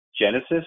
genesis